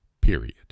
period